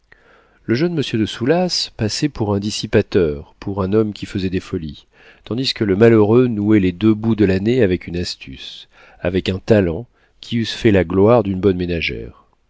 le jeune monsieur de soulas passait pour un dissipateur pour un homme qui faisait des folies tandis que le malheureux nouait les deux bouts de l'année avec une astuce avec un talent qui eussent fait la gloire d'une bonne ménagère